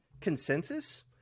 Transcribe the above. consensus